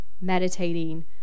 meditating